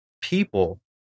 people